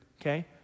Okay